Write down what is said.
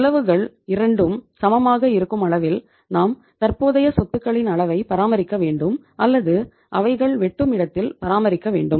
செலவுகள் இரண்டும் சமமாக இருக்கும் அளவில் நாம் தற்போதைய சொத்துக்களின் அளவை பராமரிக்க வேண்டும் அல்லது அவைகள் வெட்டும் இடத்தில் பராமரிக்க வேண்டும்